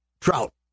Trout